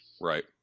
Right